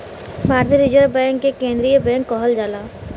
भारतीय reserve bank के केन्द्रीय बैंक कहल जाला